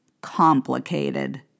complicated